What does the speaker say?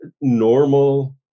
normal